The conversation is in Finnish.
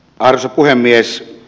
arvoisa puhemies